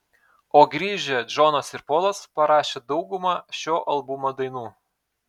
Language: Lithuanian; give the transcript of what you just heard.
o grįžę džonas ir polas parašė daugumą šio albumo dainų